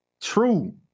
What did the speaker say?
true